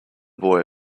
boy